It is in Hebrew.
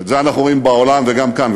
ואת זה אנחנו רואים בעולם וגם כאן,